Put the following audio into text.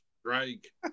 strike